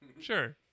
Sure